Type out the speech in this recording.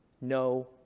no